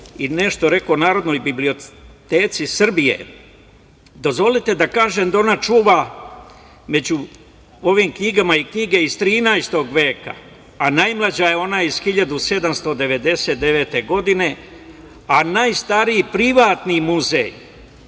i nešto o Narodnoj biblioteci Srbije. Dozvolite da kažem da ona čuva među ovim knjigama i knjige iz 13. veka, a najmlađa je ona iz 1799. godine, dok je najstariji privatni muzej